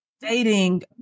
dating